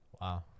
Wow